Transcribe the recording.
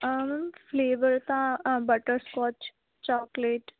ਹਾਂ ma'am flavour ਤਾਂ butter scotch chocolate